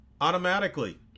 automatically